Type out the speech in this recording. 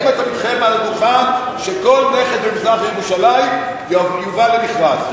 האם אתה מתחייב מעל הדוכן שכל נכס במזרח-ירושלים יובא למכרז?